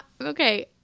Okay